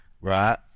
Right